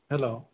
hello